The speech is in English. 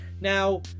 Now